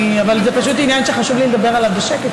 זה פשוט עניין שחשוב לי לדבר עליו בשקט,